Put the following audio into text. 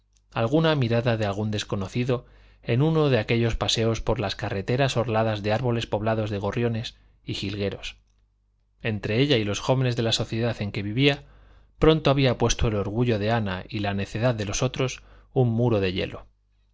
alguna mirada de algún desconocido en uno de aquellos paseos por las carreteras orladas de árboles poblados de gorriones y jilgueros entre ella y los jóvenes de la sociedad en que vivía pronto había puesto el orgullo de ana y la necedad de los otros un muro de hielo